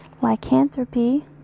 Lycanthropy